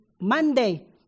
Monday